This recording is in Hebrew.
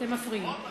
אתם מפריעים.